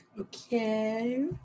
Okay